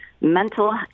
mental